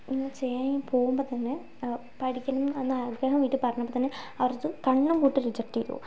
ഇങ്ങനെ ചെയ്യാനായി പോവുമ്പൊത്തന്നെ പഠിക്കണം എന്ന ആഗ്രഹം വീട്ടിൽ പറഞ്ഞപ്പോൾ തന്നെ അവരതു കണ്ണുംപൂട്ടി റിജെക്റ്റ് ചെയ്തു